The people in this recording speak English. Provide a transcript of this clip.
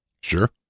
Sure